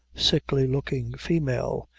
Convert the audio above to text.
sickly-looking female,